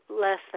less